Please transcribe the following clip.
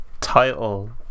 title